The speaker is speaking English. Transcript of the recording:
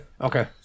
Okay